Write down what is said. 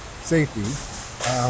safety